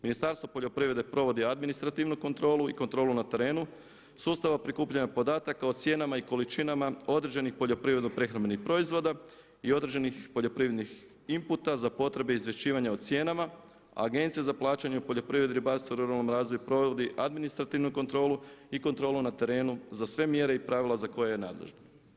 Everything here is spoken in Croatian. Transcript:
Ministarstvo poljoprivrede provodi administrativnu kontrolu i kontrolu na terenu, sustava prikupljanja podataka o cijenama i količinama određenih poljoprivredno prehrambenih proizvoda i određenih poljoprivrednih inputa za potrebe za izvješćivanja o cijenama, Agencija za plaćanje u poljoprivredi, ribarstvu, ruralnom razvoju provodi administrativnu kontrolu i kontrolu na terenu za sve mjere i pravila za koje je nadležna.